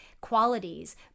qualities